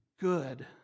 good